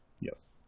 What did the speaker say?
Yes